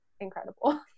incredible